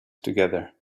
together